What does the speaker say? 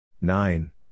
Nine